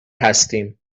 هستیم